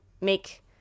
make